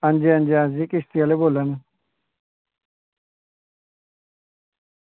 अंजी अंजी किश्ती आह्ले बोल्ला नै